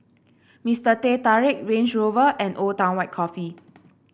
Mister Teh Tarik Range Rover and Old Town White Coffee